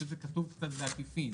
שזה כתוב קצת בעקיפין,